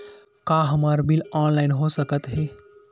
का हमर bill online हो सकत हे?